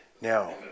Now